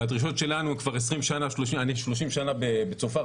אני 30 שנה מצופר,